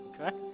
Okay